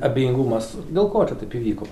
abejingumas dėl ko čia taip įvyko